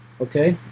Okay